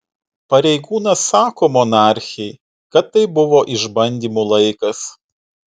pareigūnas sako monarchei kad tai buvo išbandymų laikas